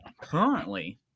Currently